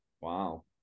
Wow